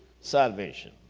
salvation